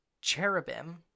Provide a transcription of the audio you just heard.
cherubim